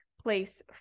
place